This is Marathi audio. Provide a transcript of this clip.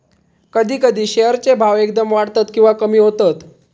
कधी कधी शेअर चे भाव एकदम वाढतत किंवा कमी होतत